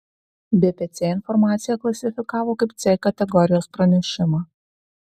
bpc informaciją klasifikavo kaip c kategorijos pranešimą